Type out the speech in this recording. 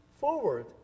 forward